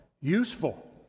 useful